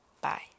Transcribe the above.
bye